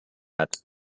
hat